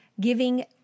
giving